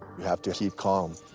you have to keep calm,